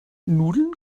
nudeln